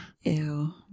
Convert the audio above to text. Ew